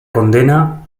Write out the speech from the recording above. condena